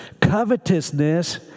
covetousness